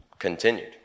Continued